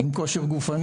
עם כושר גופני,